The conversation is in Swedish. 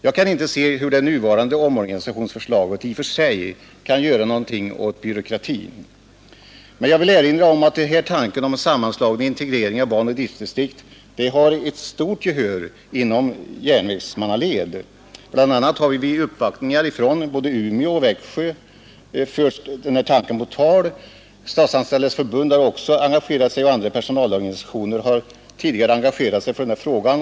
Jag kan inte se hur det nu föreliggande omorganisationsförslaget i och för sig kan göra någonting åt byråkratin. Men jag vill erinra om att tanken på en sammanslagning och integrering av banoch driftdistrikt har stort gehör inom järnvägsmannaled. Bl.a. har tanken förts på tal vid uppvaktningar från både Umeå och Växjö. Statsanställdas förbund har också engagerat sig, och andra personalorganisationer har tidigare engagerat sig för den här frågan.